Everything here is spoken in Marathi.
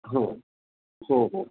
हो हो हो